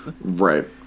Right